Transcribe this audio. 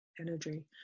energy